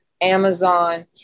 Amazon